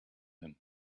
him